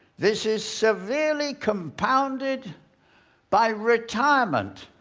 this is severely compounded by retirement.